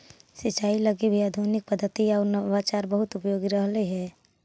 सिंचाई लगी भी आधुनिक पद्धति आउ नवाचार बहुत उपयोगी रहलई हे